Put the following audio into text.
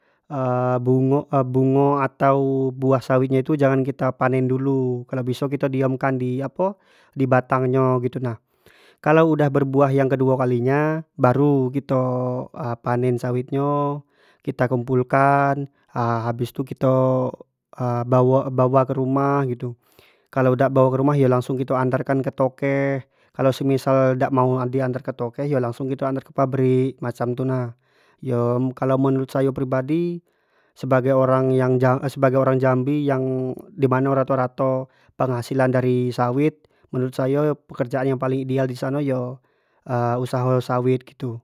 bungo bungo atau buah sawit nyo tu jangan kito panen dulu. kalua biso kito diam kan di apo batang nyo itu nah, kalua udah berbuah yang ke duo kali nyo baru kito panen sawit nyo, kita kumpul kan habis tu kito bawo bawa ke rumah gitu kala dak baw ke rumah yang langsung kito antar kan ke tokeh kalua semisal dak mau di antar ke tokeh yo langsun kito antar ke pabrik yo macam tu nah, yo kalua menurut sayo pribadi sebagai orang yang ja sebagai orang jambi dimano rato rato penghasilan dari sawit, menurut sayo usaho yang paling ideal di situ yo usaho sawit kek gitu.